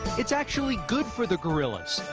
it's actually good for the gorillas.